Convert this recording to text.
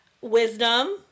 Wisdom